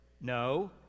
No